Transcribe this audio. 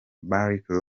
barks